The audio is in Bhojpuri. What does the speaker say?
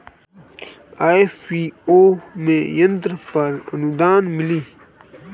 एफ.पी.ओ में यंत्र पर आनुदान मिँली?